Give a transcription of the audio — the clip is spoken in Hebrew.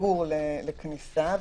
שסגורים לכניסה.